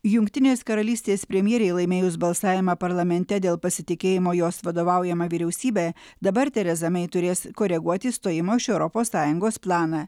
jungtinės karalystės premjerei laimėjus balsavimą parlamente dėl pasitikėjimo jos vadovaujama vyriausybe dabar tereza mei turės koreguot išstojimo iš europos sąjungos planą